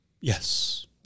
Yes